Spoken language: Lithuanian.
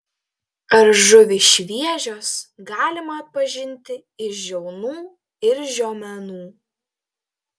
ar žuvys šviežios galima atpažinti iš žiaunų ir žiomenų